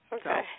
Okay